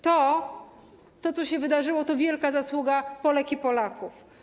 To, co się wydarzyło, to wielka zasługa Polek i Polaków.